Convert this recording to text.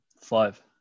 Five